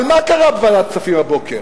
אבל מה קרה בוועדת הכספים הבוקר?